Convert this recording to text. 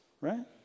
right